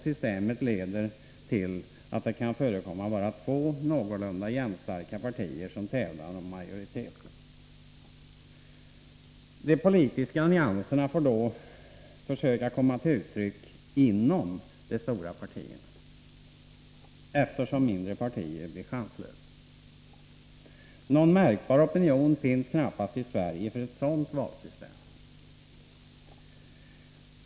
Systemet leder till att det kan förekomma bara två någorlunda jämnstora partier som tävlar om majoriteten. De politiska nyanserna får då försöka komma till uttryck inom de stora partierna, eftersom mindre partier blir chanslösa. Någon märkbar opinion finns knappast i Sverige för ett sådant valsystem.